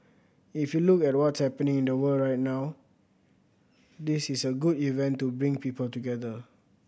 if you look at what's happening in the world right now this is a good event to bring people together